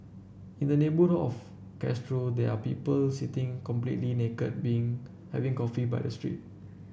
in the neighbour of Castro there are people sitting completely naked being having coffee by the street